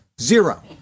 zero